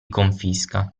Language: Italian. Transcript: confisca